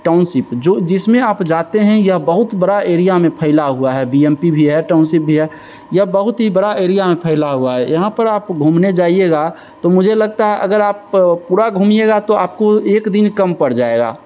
township जो जिसमें आप जाते हैं यह बहुत बड़ा एरिया में फैला हुआ है बी एम पी भी है टाउनशिप भी है यह बहुत बड़ा एरिया में फैला हुआ है यहाँ पर आप घूमने जाइएगा तो मुझे लगता है अगर आप पूरा घूमिएगा तो आपको एक दिन कम पड़ जाएगा